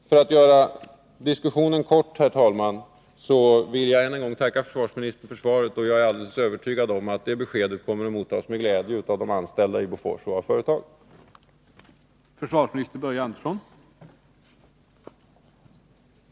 För att göra diskussionen kort, herr talman, vill jag än en gång tacka Vid remiss av försvarsministern för svaret. Jag är övertygad om att beskedet kommer att propositionerna mottas med glädje av de anställda i Bofors och av företaget. 19821/83:50 och 55